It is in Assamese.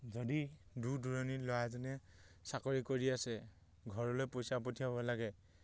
যদি দূৰ দূৰণিত ল'ৰাজনে চাকৰি কৰি আছে ঘৰলৈ পইচা পঠিয়াব লাগে